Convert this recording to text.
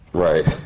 right